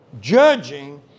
judging